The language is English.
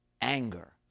anger